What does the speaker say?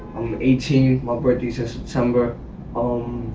eighteen. my birthday's this summer. um